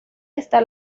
está